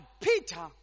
Peter